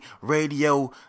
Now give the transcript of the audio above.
Radio